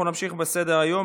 אנחנו נמשיך בסדר-היום.